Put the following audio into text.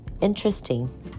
interesting